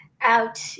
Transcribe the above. out